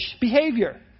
behavior